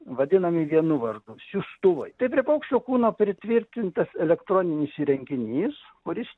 vadinami vienu vardu siųstuvai tai prie paukščio kūno pritvirtintas elektroninis įrenginys kuris